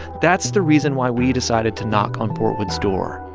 that's the reason why we decided to knock on portwood's door.